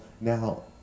now